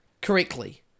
correctly